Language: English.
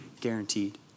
guaranteed